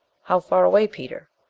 how far away, peter?